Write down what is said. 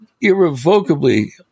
irrevocably